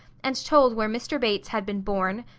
and told where mr. bates had been born,